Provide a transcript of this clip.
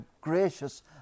gracious